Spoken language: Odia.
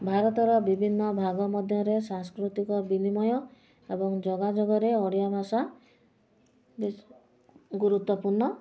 ଭାରତର ବିଭିନ୍ନ ଭାବ ମଧ୍ୟରେ ସାଂସ୍କୃତିକ ବିନିମୟ ଏବଂ ଯୋଗାଯୋଗରେ ଓଡ଼ିଆ ଭାଷା ଗୁରୁତ୍ୱପୂର୍ଣ୍ଣ